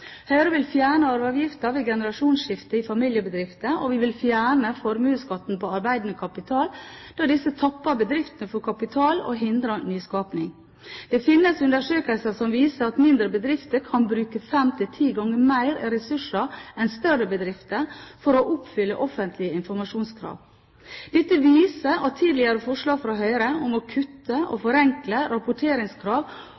Høyre vil fjerne arveavgiften ved generasjonsskifte i familiebedrifter, og vi vil fjerne formuesskatten på arbeidende kapital da disse tapper bedriftene for kapital og hindrer nyskaping. Det finnes undersøkelser som viser at mindre bedrifter kan bruke fem til ti ganger mer ressurser enn større bedrifter for å oppfylle offentlige informasjonskrav. Dette viser at tidligere forslag fra Høyre om å kutte og